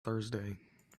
thursday